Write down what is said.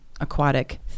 aquatic